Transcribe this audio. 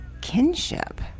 kinship